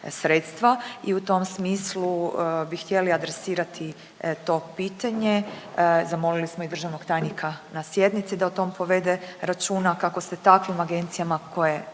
sredstva i u tom smislu bi htjeli adresirati to pitanje. Zamolili smo i državnog tajnika na sjednici da o tom povede računa kako se takvim agencijama koje